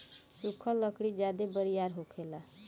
सुखल लकड़ी ज्यादे बरियार होखेला